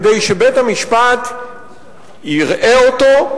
כדי שבית-המשפט יראה אותו,